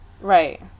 Right